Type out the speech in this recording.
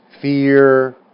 fear